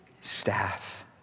Staff